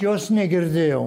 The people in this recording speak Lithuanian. jos negirdėjau